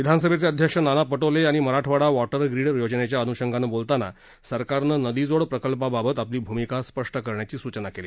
विधानसभेचे अध्यक्ष नाना पटोले यांनी मराठवाडा वॉटर ग्रीड योजनेच्या अनुषंगानं बोलताना सरकारनं नदीजोड प्रकल्पाबाबत आपली भुमिका स्पष्ट करण्याची सुचना केली